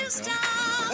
stop